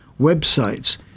websites